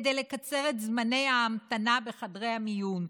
כדי לקצר את זמני ההמתנה בחדרי המיון.